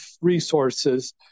resources